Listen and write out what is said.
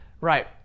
Right